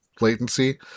latency